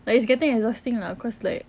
like it's getting exhausting lah cause like